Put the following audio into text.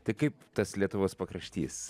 tai kaip tas lietuvos pakraštys